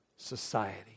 society